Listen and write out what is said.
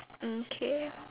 mm K